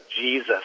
Jesus